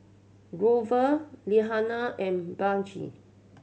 Grover Liana and Blanche